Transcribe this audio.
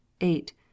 Eight